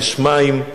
יש מים.